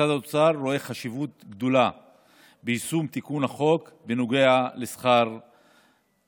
משרד האוצר רואה חשיבות גדולה ביישום תיקון החוק בנוגע לשכר שווה.